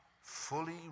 fully